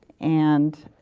and